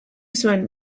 zuen